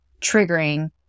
triggering